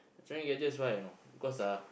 electronic gadgets why you know cause ah